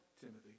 Timothy